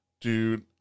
dude